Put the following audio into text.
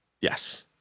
Yes